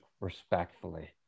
respectfully